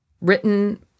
written